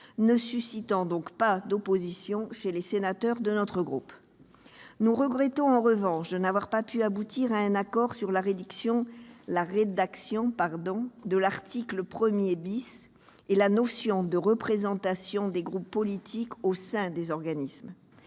ne suscite pas d'opposition parmi les sénateurs de notre groupe. Nous regrettons en revanche que nous ne soyons pas parvenus à un accord sur la rédaction de l'article 1 et la notion de représentation des groupes politiques au sein des organismes.